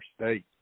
state